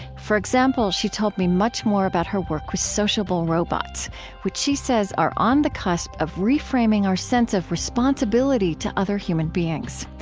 for example, she told me much more about her work with sociable robots which she says are on the cusp of reframing our sense of responsibility to other human beings.